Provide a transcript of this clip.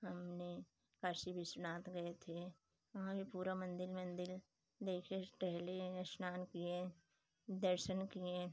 हमने काशी विश्वनाथ गए थे वहाँ भी पूरा मंदिर मंदिर देखे टहलें स्नान किएँ दर्शन किएँ